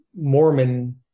Mormon